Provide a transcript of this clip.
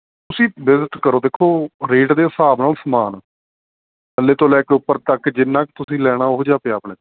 ਤੁਸੀਂ ਵਿਜ਼ਿਟ ਕਰੋ ਦੇਖੋ ਰੇਟ ਦੇ ਹਿਸਾਬ ਨਾਲ ਸਮਾਨ ਥੱਲੇ ਤੋਂ ਲੈ ਕੇ ਉੱਪਰ ਤੱਕ ਜਿੰਨਾ ਕੁ ਤੁਸੀਂ ਲੈਣਾ ਉਹੋ ਜਿਹਾ ਪਿਆ ਆਪਣੇ